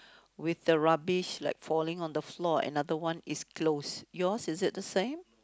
with the rubbish like falling on the floor and other one is closed yours is it the same